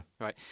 right